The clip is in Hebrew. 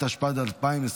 התשפ"ד 2024,